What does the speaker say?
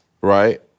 right